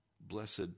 Blessed